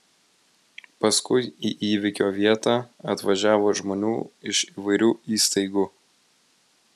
paskui į įvykio vietą atvažiavo žmonių iš įvairių įstaigų